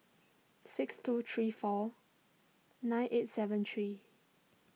six two three four nine eight seven three